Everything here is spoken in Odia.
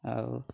ଆଉ